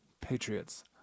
patriots